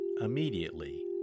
immediately